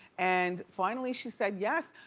and finally she said yes.